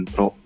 Pro